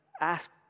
ask